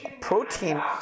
protein